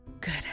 Good